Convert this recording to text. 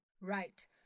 Right